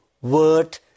word